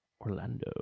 Orlando